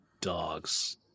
dogs